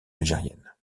algérienne